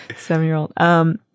seven-year-old